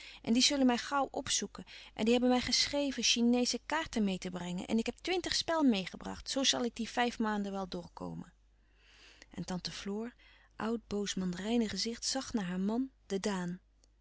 en die sullen mij gauw opsoeken en die hebben mij geschreven chineesche kaarten meê te brengen en ik heb twintig spel meêgebracht zoo sal ik die vijf maanden wel doorkomen en tante floor oud boos mandarijnengezicht zag naar haar man ddaan